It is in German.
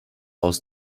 aus